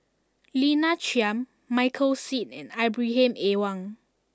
Lina Chiam Michael Seet and Ibrahim Awang